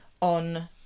on